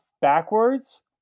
backwards